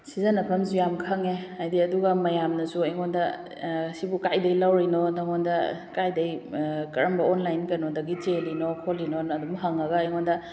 ꯁꯤꯖꯤꯟꯅꯐꯝꯁꯨ ꯌꯥꯝ ꯈꯪꯉꯦ ꯍꯥꯏꯗꯤ ꯑꯗꯨꯒ ꯃꯌꯥꯝꯅꯁꯨ ꯑꯩꯉꯣꯟꯗ ꯁꯤꯕꯨ ꯀꯥꯏꯗꯒꯤ ꯂꯧꯔꯨꯔꯤꯅꯣ ꯅꯪꯉꯣꯟꯗ ꯀꯥꯏꯗꯒꯤ ꯀꯔꯝꯕ ꯑꯣꯟꯂꯥꯏꯟꯗ ꯀꯩꯅꯣꯗꯒꯤ ꯆꯦꯜꯂꯤꯅꯣ ꯈꯣꯠꯂꯤꯅꯣꯅ ꯑꯗꯨꯝ ꯍꯪꯉꯒ ꯑꯩꯉꯣꯟꯗ